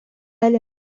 әле